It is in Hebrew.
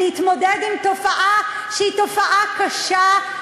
להתמודד עם תופעה שהיא תופעה קשה,